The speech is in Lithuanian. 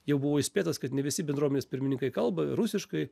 jau buvau įspėtas kad ne visi bendruomenės pirmininkai kalba rusiškai